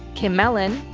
kim mellon,